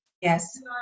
yes